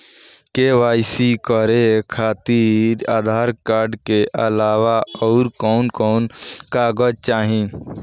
KYC करे खातिर Aadhaar card के अलावा आउरकवन कवन कागज चाहीं?